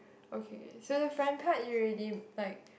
okay so the front part you already like